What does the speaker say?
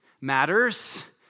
matters